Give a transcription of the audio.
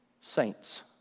saints